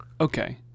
okay